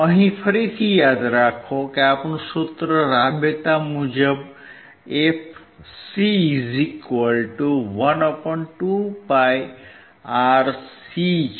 અહીં ફરીથી યાદ રાખો કે આપણું સૂત્ર રાબેતા મુજબ fc 12πRC છે